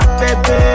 baby